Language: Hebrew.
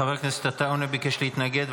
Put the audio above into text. חבר הכנסת עטאונה ביקש להתנגד.